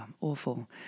awful